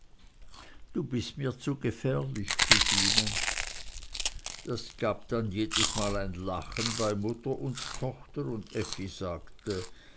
du bist mir zu gefährlich cousine das gab dann jedesmal ein lachen bei mutter und tochter und effi sagte